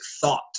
thought